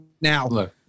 now